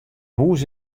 hûs